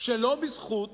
שלא בזכות